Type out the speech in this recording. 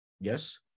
Yes